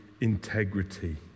integrity